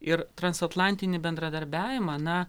ir transatlantinį bendradarbiavimą na